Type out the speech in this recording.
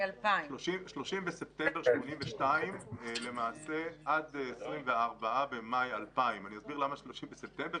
2000. 30 בספטמבר 1982 עד 24 במאי 2000. 30 בספטמבר,